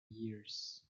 years